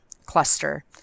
cluster